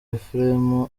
ephrem